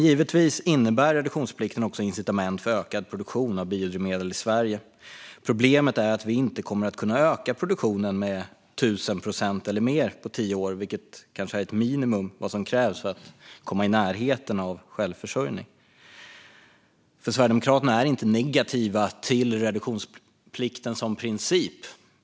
Givetvis innebär reduktionsplikten även incitament för en ökad produktion av biodrivmedel i Sverige. Problemet är att vi inte kommer att kunna öka produktionen med tusen procent eller mer på tio år, vilket kanske är ett minimum för att komma i närheten av självförsörjning. Sverigedemokraterna är inte negativa till reduktionsplikten som princip.